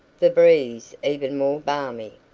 the breeze even more balmy,